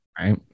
Right